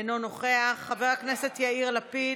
אינו נוכח, חבר הכנסת יאיר לפיד,